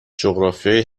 جغرافیای